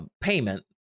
payment